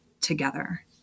together